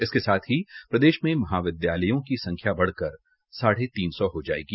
इसके साथ ही प्रदेश में महाविद्यालयों की संख्या बढ़कर साढ़े तीन सौ हो जायेगी